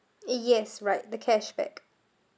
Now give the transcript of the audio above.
yes right the cashback